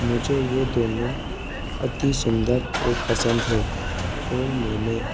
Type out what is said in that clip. मुझे यह दोनों अति सुंदर और पसंद है और मैंने